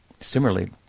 similarly